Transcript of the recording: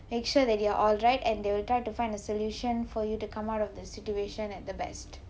make sure that you are alright and they will try to find a solution for you to come out of the situation at the best